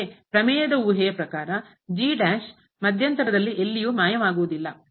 ಆದರೆ ಪ್ರಮೇಯದ ಊಹೆಯ ಪ್ರಕಾರ ಮಧ್ಯಂತರದಲ್ಲಿ ಎಲ್ಲಿಯೂ ಮಾಯವಾಗುವುದಿಲ್ಲ